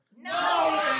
no